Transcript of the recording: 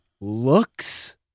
looks